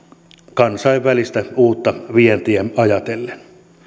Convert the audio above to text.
kansainvälistä uutta vientiä ajatellen